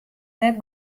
net